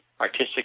artistic